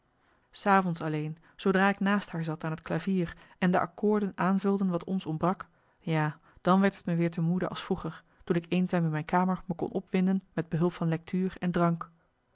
s avonds alleen zoodra ik naast haar zat aan het klavier en de akkoorden aanvulden wat ons ontbrak ja dan werd het me weer te moede als vroeger toen ik eenzaam in mijn kamer me kon opwinden met behulp van lectuur en drank